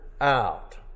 out